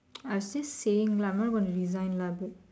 I was just saying lah I not gonna resign lah but